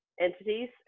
entities